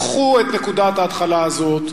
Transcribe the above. קחו את נקודת ההתחלה הזאת,